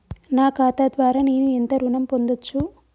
నా ఖాతా ద్వారా నేను ఎంత ఋణం పొందచ్చు?